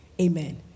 Amen